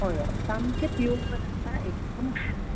हय हय सामकें प्यूअर आसा एकदम शुध्द